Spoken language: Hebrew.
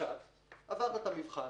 הפשט הוא שעברת את המבחן,